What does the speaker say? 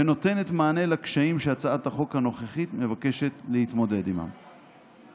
ונותנת מענה לקשיים שהצעת החוק הנוכחית מבקשת להתמודד עימם.